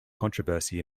controversy